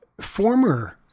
former